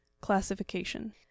classification